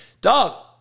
Dog